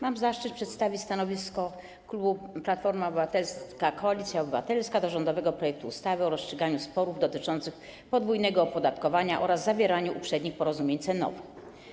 Mam zaszczyt przedstawić stanowisko klubu Platforma Obywatelska - Koalicja Obywatelska wobec rządowego projektu ustawy o rozstrzyganiu sporów dotyczących podwójnego opodatkowania oraz zawieraniu uprzednich porozumień cenowych.